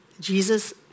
Jesus